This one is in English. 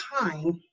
time